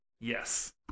Yes